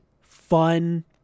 fun